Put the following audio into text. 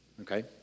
okay